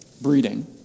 breeding